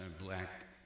black